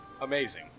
amazing